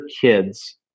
kids